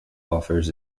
offers